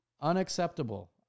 Unacceptable